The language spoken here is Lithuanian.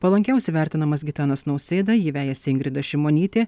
palankiausiai vertinamas gitanas nausėda jį vejasi ingrida šimonytė